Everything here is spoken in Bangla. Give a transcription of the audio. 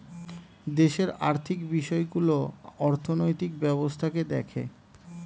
দেশের আর্থিক বিষয়গুলো অর্থনৈতিক ব্যবস্থাকে দেখে